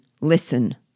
listen